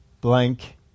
blank